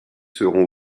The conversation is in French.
seront